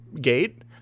gate